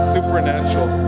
Supernatural